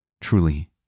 Truly